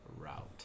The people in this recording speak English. route